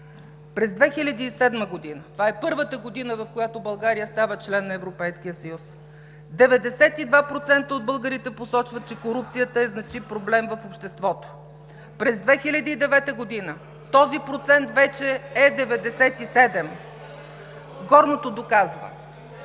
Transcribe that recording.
През 2007 г. – това е първата година, в която България става член на Европейския съюз – 92% от българите посочват, че корупцията е значим проблем в обществото. През 2009 г. този процент вече е 97. (Шум и